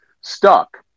stuck